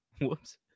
Whoops